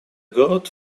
goat